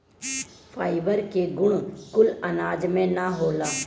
fibre के गुण कुल अनाज में ना होला